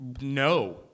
No